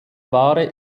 ware